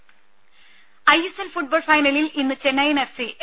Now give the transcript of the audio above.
ദേദ I S L football ഫൈനലിൽ ഇന്ന് ചെന്നൈയ്ൻ എഫ് സി എ